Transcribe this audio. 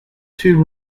two